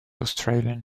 australian